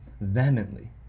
vehemently